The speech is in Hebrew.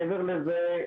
מעבר לזה,